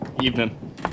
Evening